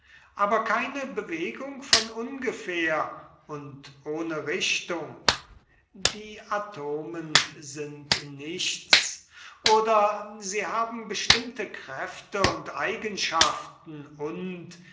aber keine bewegung von ungefähr und ohne richtung die atomen sind nichts oder sie haben bestimmte kräfte und eigenschaften und